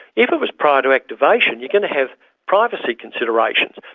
if it was prior to activation you're going to have privacy considerations.